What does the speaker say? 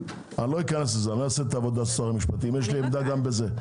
אני לא אעשה את העבודה של שר המשפטים אבל יש לי עמדה גם לגבי זה.